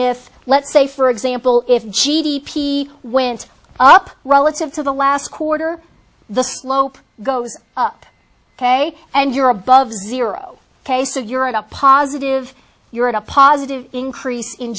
if let's say for example if g d p went up relative to the last quarter the slope goes up ok and you're above zero case of you're at a positive you're at a positive increase in